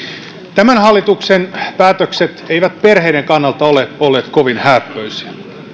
tämän hallituksen päätökset eivät perheiden kannalta ole olleet kovin hääppöisiä